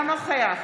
אינו נוכח